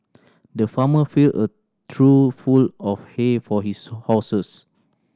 the farmer filled a trough full of hay for his horses